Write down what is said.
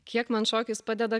kiek man šokis padeda